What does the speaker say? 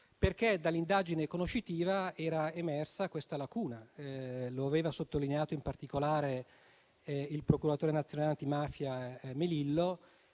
Dall'indagine conoscitiva era infatti emersa questa lacuna. E lo aveva sottolineato in particolare il procuratore nazionale antimafia Melillo,